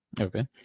Okay